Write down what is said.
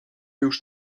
już